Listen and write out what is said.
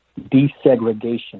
desegregation